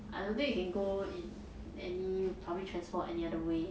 I don't think you can go in any public transport any other way